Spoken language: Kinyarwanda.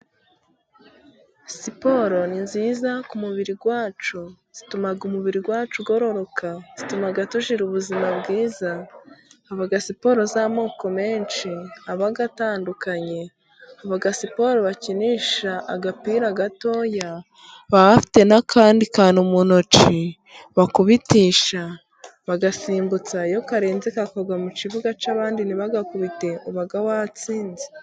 Siporo ni nziza kumubiri wacu, zituma umubiri wacu ugororoka, zituma tugira ubuzima bwiza, haba siporo z'amoko menshi aba atandukanye, haba siporo bakinisha agapira gato, baba bafite n'akandi kantu mu ntoki bakubitisha, bagasimbutsa iyo karenze kakagwa mu kibuga cy'abandi ntibagakubite uba watsinze.